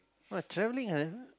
!wah! travelling ah